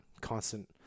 constant